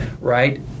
right